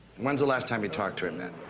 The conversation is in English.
when's the last time you talked to him, then?